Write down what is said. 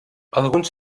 alguns